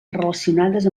relacionades